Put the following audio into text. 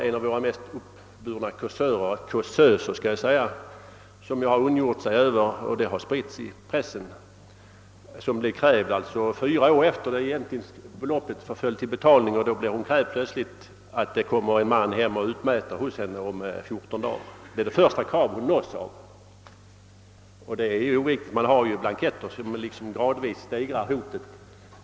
En av våra mest uppburna kåsöser har ondgjort sig över att hon biev krävd först fyra år efter det beloppet förföll till betalning, och detta har spritts genom pressen. Plötsligt fick hon meddelande att det om 14 dagar skulle komma en person hem till henne för att utmäta. Det var det första krav hon erhållit. Det finns ju blanketter där man gradvis kan stegra kravet.